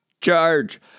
Charge